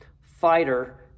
fighter